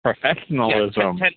professionalism